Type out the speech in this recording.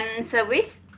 service